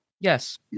Yes